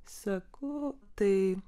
seku tai